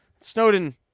Snowden